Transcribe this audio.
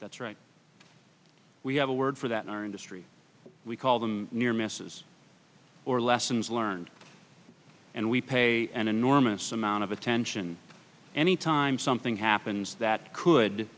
that's right we have a word for that in our industry we call them near misses or lessons learned and we pay an enormous amount of attention any time something happens that could